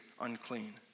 unclean